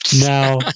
Now